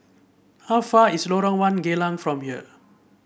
how far is Lorong One Geylang from here